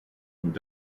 und